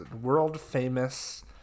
world-famous